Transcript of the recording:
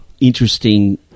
interesting